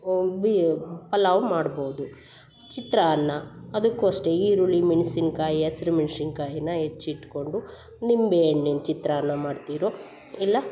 ಓಗ್ಬಿ ಪಲಾವ್ ಮಾಡ್ಬೋದು ಚಿತ್ರಾನ್ನ ಅದಕ್ಕು ಅಷ್ಟೆ ಈರುಳ್ಳಿ ಮೆಣ್ಸಿನ್ಕಾಯಿ ಹಸ್ರ್ ಮೆನ್ಶಿನ್ಕಾಯನ್ನ ಹೆಚ್ಚ್ ಇಟ್ಕೊಂಡು ನಿಂಬೆ ಹಣ್ಣಿನ ಚಿತ್ರಾನ್ನ ಮಾಡ್ತಿರೋ ಇಲ್ಲ